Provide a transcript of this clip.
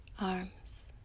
arms